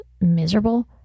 miserable